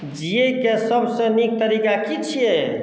जीयैके सभसँ नीक तरीका की छियै